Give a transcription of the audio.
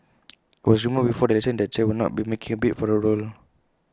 IT was rumoured before the election that Chen will not be making A bid for the role